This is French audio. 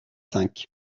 cinq